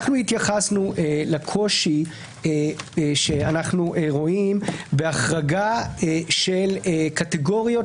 התייחסנו לקושי שאנחנו רואים בהחרגה של קטגוריות